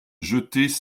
jetées